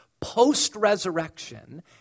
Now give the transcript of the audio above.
post-resurrection